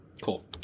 Cool